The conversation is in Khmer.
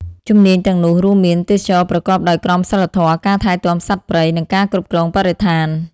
ជំនាញទាំងនោះរួមមាន ទេសចរណ៍ប្រកបដោយក្រមសីលធម៌ ការថែទាំសត្វព្រៃ និងការគ្រប់គ្រងបរិស្ថាន។